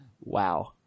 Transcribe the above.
Wow